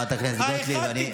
האחד,